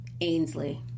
Ainsley